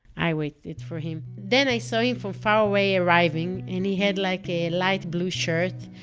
i waited for him. then i saw him from far away arriving. and he had like a light blue shirt,